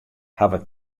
hawwe